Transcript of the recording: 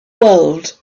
world